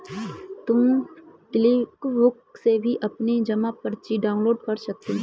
तुम क्विकबुक से भी अपनी जमा पर्ची डाउनलोड कर सकती हो